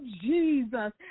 Jesus